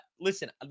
listen